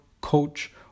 coach